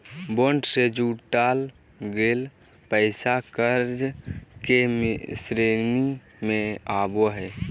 bond से जुटाल गेल पैसा कर्ज के श्रेणी में आवो हइ